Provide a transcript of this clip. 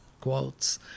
quotes